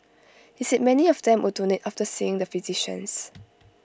he said many of them would donate after seeing the physicians